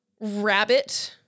rabbit